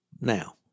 now